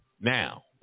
Now